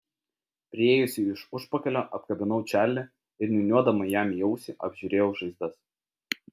priėjusi iš užpakalio apkabinau čarlį ir niūniuodama jam į ausį apžiūrėjau žaizdas